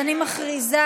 נגד.